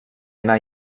anà